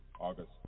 August